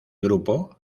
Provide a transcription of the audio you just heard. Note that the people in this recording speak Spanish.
grupo